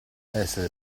essere